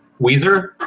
Weezer